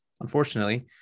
unfortunately